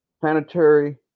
planetary